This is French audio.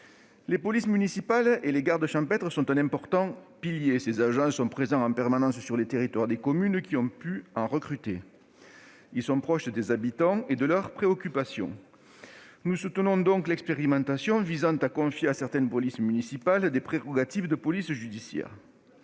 Les policiers municipaux et les gardes champêtres sont un important pilier. Ces agents sont présents en permanence sur les territoires des communes qui ont pu les recruter. Ils sont proches des habitants et de leurs préoccupations. Nous soutenons donc l'expérimentation visant à confier à certaines polices municipales des prérogatives de police judiciaire.